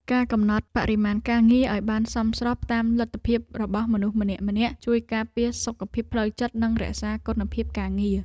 ការកំណត់បរិមាណការងារឱ្យបានសមស្របតាមលទ្ធភាពរបស់មនុស្សម្នាក់ៗ ជួយការពារសុខភាពផ្លូវចិត្តនិងរក្សាគុណភាពការងារ។